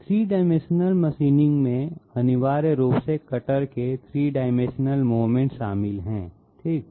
3 dimensional machining में अनिवार्य रूप से कटर के 3 डाइमेंशनल मूवमेंट शामिल हैं ठीक